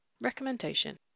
Recommendation